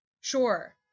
Sure